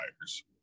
tires